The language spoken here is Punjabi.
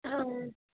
ਹਾਂ